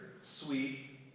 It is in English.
sweet